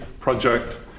project